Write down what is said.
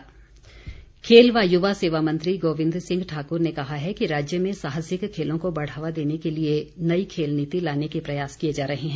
खेल खेल व युवा सेवा मंत्री गोविंद सिंह ठाकुर ने कहा है कि राज्य में साहसिक खेलों को बढ़ावा देने के लिए नई खेल नीति लाने के प्रयास किए जा रहे हैं